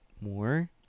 more